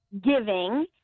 giving